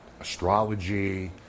astrology